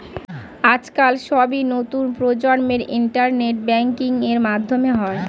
আজকাল সবই নতুন প্রজন্মের ইন্টারনেট ব্যাঙ্কিং এর মাধ্যমে হয়